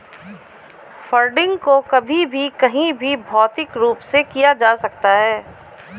funding को कभी भी कहीं भी भौतिक रूप से किया जा सकता है